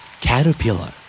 Caterpillar